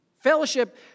Fellowship